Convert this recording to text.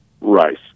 Rice